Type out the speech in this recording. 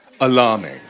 Alarming